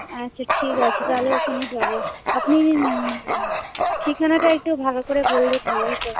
আচ্ছা ঠিক আছে তাহলে ওখানে যাবো আপনি ঠিকানাটা একটু ভালো করে বললে ভালো হতো